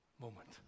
moment